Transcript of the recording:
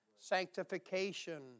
sanctification